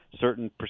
certain